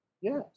Yes